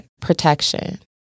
protection